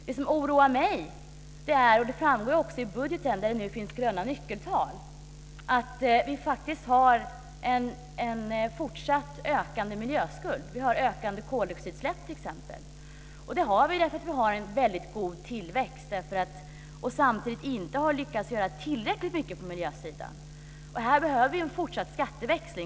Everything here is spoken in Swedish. Det som oroar mig, och det framgår också i budgeten där det nu finns gröna nyckeltal, är att vi har en fortsatt ökande miljöskuld. Vi har t.ex. ökande koldioxidutsläpp. Det har vi därför att vi har en god tillväxt och samtidigt inte har lyckats göra tillräckligt mycket på miljösidan. Här behöver vi en fortsatt skatteväxling.